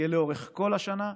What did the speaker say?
יהיה לאורך כל השנה,